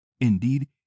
indeed